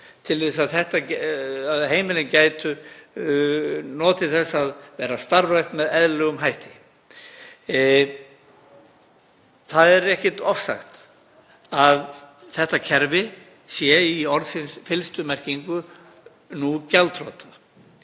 til að heimilin gætu notið þess að vera starfrækt með eðlilegum hætti. Það er ekkert ofsagt að þetta kerfi sé í orðsins fyllstu merkingu nú gjaldþrota.